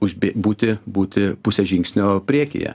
užbi būti būti puse žingsnio priekyje